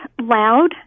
loud